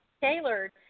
tailored